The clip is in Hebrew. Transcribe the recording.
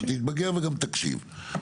אתה תתבגר וגם תקשיב.